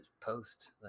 post